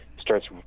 starts